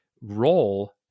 role